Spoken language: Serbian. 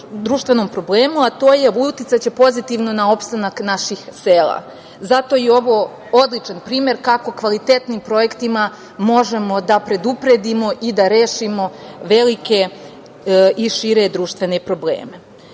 društvenom problemu, a to je da će uticati pozitivno na opstanak naših sela. Zato je ovo odličan primer kako kvalitetnim projektima možemo da predupredimo i da rešimo velike i šire društvene